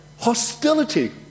Hostility